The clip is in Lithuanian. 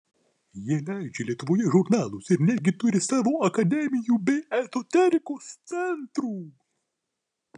jie leidžia lietuvoje žurnalus ir netgi turi savo akademijų bei ezoterikos centrų